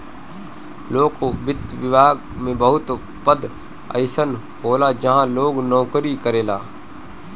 लोक वित्त विभाग में बहुत पद अइसन होला जहाँ लोग नोकरी करेला